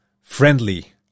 friendly